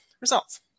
Results